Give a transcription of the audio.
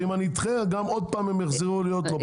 ואם אני אדחה אז גם עוד פעם הם יחזרו להיות לא פתוחים.